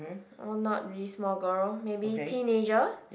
or not really small girl maybe teenager